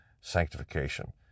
sanctification